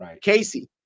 Casey